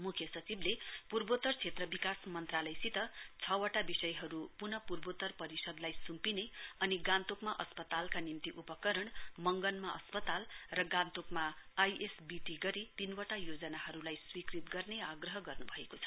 म्ख्य सचिवले पूर्वोतर क्षेत्र विकास मन्त्रालयसित छ वटा विषयहरू प्नः पूर्वोतर परिषदलाई सुम्पिने अनि गान्तोकमा अस्पतालका निम्ति उपकरण मंगनमा अस्पताल र गान्तोकमा आइएसबिटी गरी तीनवटा योजनाहरूलाई स्वीकृत गर्ने आग्रह गर्न् भएको छ